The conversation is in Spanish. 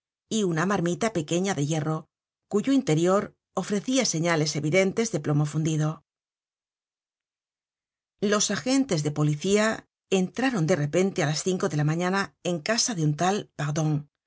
y una marmita pequeña de hierro cuyo interior ofrecia señales evidentes de plomo fundido los agentes de policía entraron de repente á las cinco de la mañana en casa